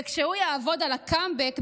וכשהוא יעבוד על הקאמבק,